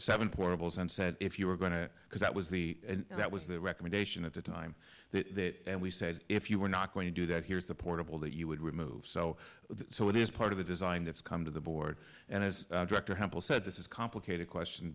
seven portables and said if you were going to because that was the that was the recommendation at the time that and we said if you were not going to do that here's the portable that you would remove so so it is part of the design that's come to the board and as director hempel said this is a complicated question